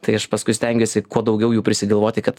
tai aš paskui stengiuosi kuo daugiau jų prisigalvoti kad